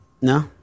no